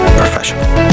professional